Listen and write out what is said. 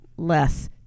less